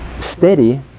steady